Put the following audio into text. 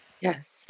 Yes